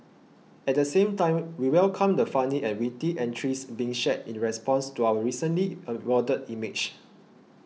at the same time we welcome the funny and witty entries being shared in response to our recently awarded image